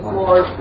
more